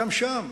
גם שם,